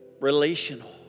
relational